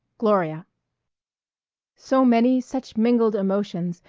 gloria so many, such mingled emotions,